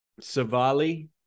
Savali